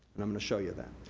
and i'm gonna show you that.